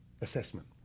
assessment